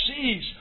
sees